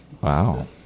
Wow